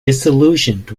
disillusioned